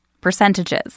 Percentages